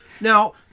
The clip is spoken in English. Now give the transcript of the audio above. Now